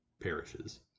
perishes